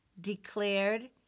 declared